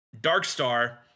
Darkstar